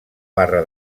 barra